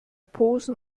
posen